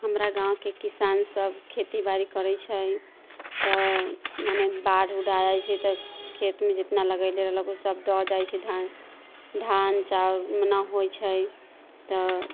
हमरा गाँवके किसान सभ खेतीबाड़ी करै छै तऽ मने बाढ़ि उढ़ि आ जाइ छै तऽ खेतमे जितना लगेले रहलक उ सभ दहि जाइ छै धान धान चाउर नहि होइ छै तऽ